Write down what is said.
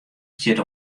stiet